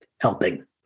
helping